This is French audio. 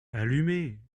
allumez